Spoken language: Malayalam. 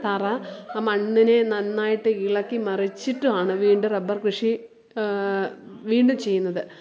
തറ ആ മണ്ണിനെ നന്നായിട്ട് ഇളക്കി മറിച്ചിട്ടുവാണ് വീണ്ടും റബ്ബർ കൃഷി വീണ്ടും ചെയ്യുന്നത്